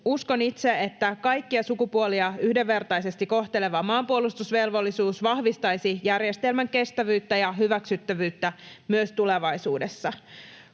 Uskon itse, että kaikkia sukupuolia yhdenvertaisesti kohteleva maanpuolustusvelvollisuus vahvistaisi järjestelmän kestävyyttä ja hyväksyttävyyttä myös tulevaisuudessa.